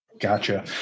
Gotcha